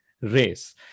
race